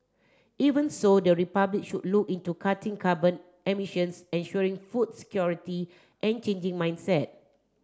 even so the Republic should look into cutting carbon emissions ensuring food security and changing mindset